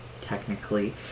technically